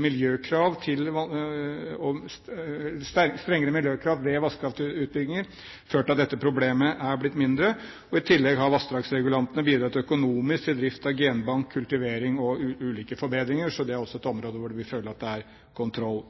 miljøkrav ved vannkraftutbygginger ført til at dette problemet er blitt mindre. I tillegg har vassdragsregulantene bidratt økonomisk til drift av genbank, kultivering og ulike forbedringer, så det er også et område hvor vi føler at det er kontroll.